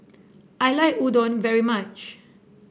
I like Udon very much